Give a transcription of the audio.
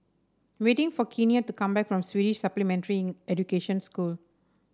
waiting for Kenia to come back from Swedish Supplementary Education School